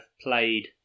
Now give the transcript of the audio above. played